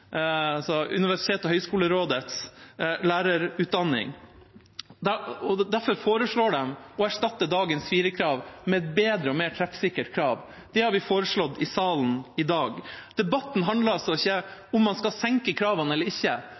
altså Universitets- og høgskolerådets lærerutdanning. Derfor foreslår de å erstatte dagens firerkrav med et bedre og mer treffsikkert krav. Det har vi foreslått i salen i dag. Debatten handler altså ikke om hvorvidt man skal senke kravene eller ikke.